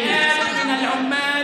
מותר לו.